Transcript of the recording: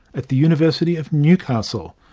at the university of newcastle,